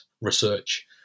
research